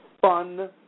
fun